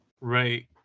Right